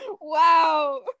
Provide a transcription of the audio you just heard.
wow